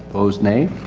opposed, nay.